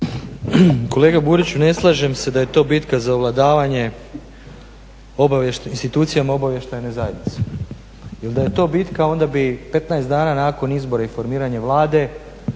Kolega Buriću ne slažem se da je to bitka za ovladavanje institucijama obavještajne zajednice. Jer da je to bitka onda bi 15 dana nakon izbora i formiranja Vlade